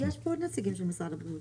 יש פה עוד נציגים של משרד הבריאות.